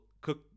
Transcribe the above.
cook